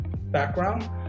background